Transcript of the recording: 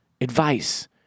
Advice